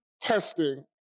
testing